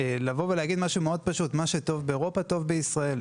לבוא ולהגיד משהו מאוד פשוט: מה שטוב באירופה טוב בישראל.